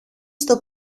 στο